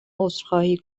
عذرخواهی